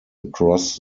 across